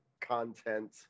content